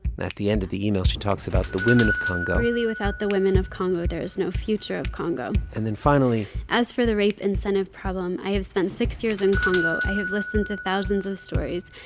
at the end of the email, she talks about the women of congo really, without the women of congo, there is no future of congo and then finally. as for the rape incentive problem, i have spent six years in congo. i have listened to thousands of stories.